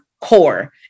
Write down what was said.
Core